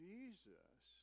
Jesus